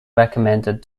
recommended